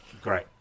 great